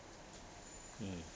mm